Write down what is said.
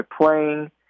playing